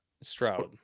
Stroud